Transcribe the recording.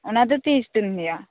ᱚᱱᱟᱫᱚ ᱛᱤᱥᱫᱤᱱ ᱦᱩᱭᱩᱜ ᱟ